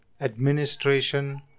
administration